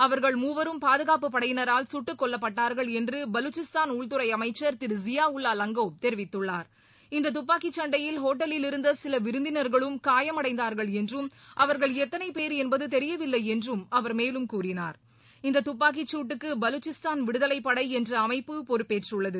அவர்கள் மூவரும் பாதுகாப்பு படையினரால் கட்டுக்கொல்லப்பட்டார்கள் என்று பலுச்சிஸ்தான் உள்துறை அமைச்சர் திரு ஜியாவுல்லா லாங்கோவ் தெரிவித்துள்ளார் இந்த துப்பாக்கி சண்டையில் ஓட்டலில் இருந்த சில விருந்தினர்களும் காயமடைந்தார்கள் என்றும் அவர்கள் எத்தனை பேர் என்பது தெரியவில்லை என்றும் அவர் மேலும் கூறினார் இந்த துப்பாக்கிச் சூட்டுக்கு பலுச்சிஸ்தான் விடுதலை படை என்ற அமைப்பு பொறுப்பேற்றுள்ளது